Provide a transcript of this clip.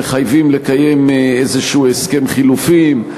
שמחייבים לקיים איזה הסכם חילופים,